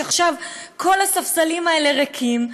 ועכשיו כל הספסלים האלה ריקים,